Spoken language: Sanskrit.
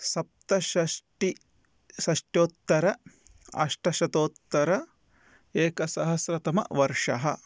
सप्तषष्टि षष्ट्योत्तर अष्टशतोत्तर एकसहस्रतमवर्षः